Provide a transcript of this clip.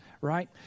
right